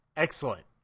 Excellent